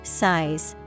size